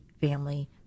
family